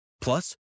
Plus